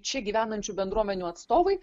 čia gyvenančių bendruomenių atstovai